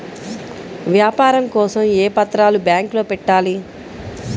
వ్యాపారం కోసం ఏ పత్రాలు బ్యాంక్లో పెట్టాలి?